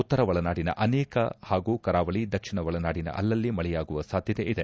ಉತ್ತರ ಒಳನಾಡಿನ ಅನೇಕ ಹಾಗೂ ಕರಾವಳಿ ದಕ್ಷಿಣ ಒಳನಾಡಿನ ಅಲ್ಲಲ್ಲಿ ಮಳೆಯಾಗುವ ಸಾಧ್ಯತೆ ಇದೆ